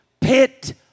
pit